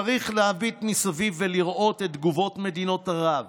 צריך להביט מסביב ולראות את תגובות מדינות ערב